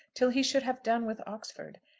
till he should have done with oxford.